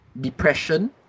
depression